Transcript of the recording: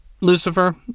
Lucifer